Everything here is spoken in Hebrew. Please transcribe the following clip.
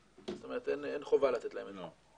זאת אומרת אין חובה לתת להם את זה.